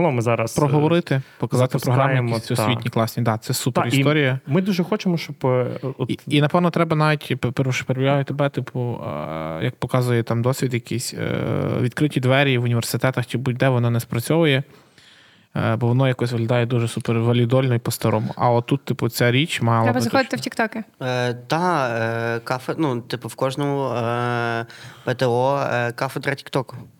Загалом зараз, е, Проговорити, показати програму, запускаємо, якісь та. освітні класні. Да, це супер Та, і історія. ми дуже хочемо, щоб, е, от- І- і, напевно, треба навіть, пер- перше, що перебігаю тебе, типу, е, як показує там досвід якийсь, е, відкриті двері в університетах чи будь-де, воно не спрацьовує, е, бо воно якось виглядає дуже супер валідольно і по-старому. А отут, типу, ця річ мала Треба би заходити точно. в Тіктоки. Е, так, е, кафе- ну, типу, в кожному, е, ПТО, е, кафедра Тіктоку.